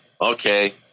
okay